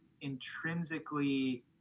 intrinsically